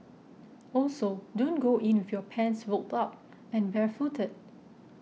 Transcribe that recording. also don't go in with your pants rolled up and barefooted